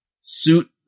suit